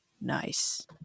nice